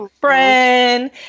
friend